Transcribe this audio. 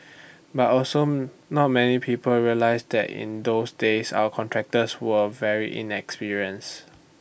but also not many people realise that in those days our contractors were very inexperienced